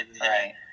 Right